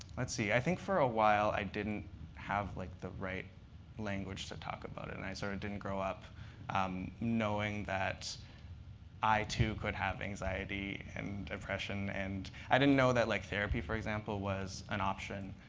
let's see. i think for a while, i didn't have like the right language to talk about it. and i sort of didn't grow up um knowing that i, too, could have anxiety and depression. and i didn't know that like therapy, for example, was an option